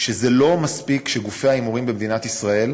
היא שזה לא מספיק שגופי ההימורים במדינת ישראל